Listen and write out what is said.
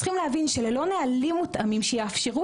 אנחנו צריכים להבין שללא נהלים מותאמים שיאפשרו